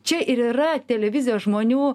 čia ir yra televizijos žmonių